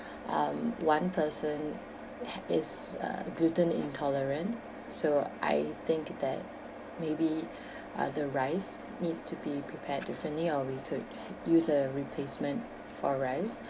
um one person ha~ is uh the gluten intolerant so I think that maybe uh the rice needs to be prepared differently or we could use a replacement for rice